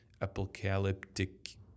apocalyptic